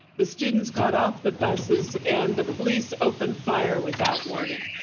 the students got off the buses and the police opened fire without warning.